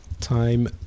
time